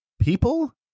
people